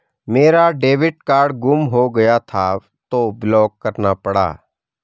मेरा debit card गुम हो गया था तो ब्लॉक करना पड़ा